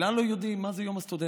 כלל לא יודעים מה זה יום הסטודנט.